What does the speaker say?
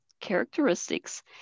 characteristics